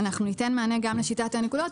אנחנו ניתן מענה גם לשיטת הנקודות,